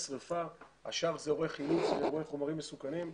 שריפה והשאר הם אירועי חילוץ ואירועי חומרים מסוכנים.